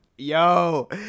Yo